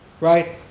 Right